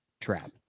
trap